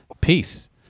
peace